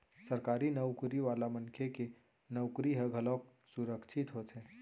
सरकारी नउकरी वाला मनखे के नउकरी ह घलोक सुरक्छित होथे